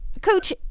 Coach